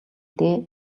дээ